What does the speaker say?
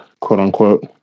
quote-unquote